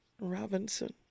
Robinson